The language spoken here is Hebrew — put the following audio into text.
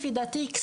לפי דעתי,